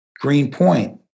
Greenpoint